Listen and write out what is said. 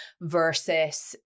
versus